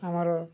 ଆମର